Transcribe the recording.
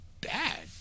bad